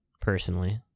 personally